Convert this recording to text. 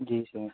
जी sir